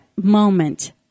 Moment